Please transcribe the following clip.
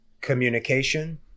communication